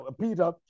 Peter